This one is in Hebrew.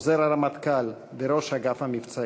עוזר הרמטכ"ל וראש אגף המבצעים.